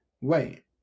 wait